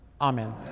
Amen